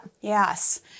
Yes